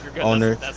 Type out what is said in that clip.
owner